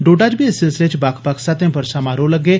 डोडा च बी इस सिलसिले च बक्ख बक्ख स्तहें पर समारोह लग्गे